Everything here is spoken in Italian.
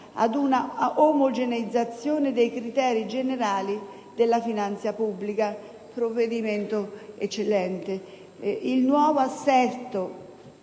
ed una omogeneizzazione dei criteri generali della finanza pubblica, che è una misura eccellente.